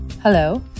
Hello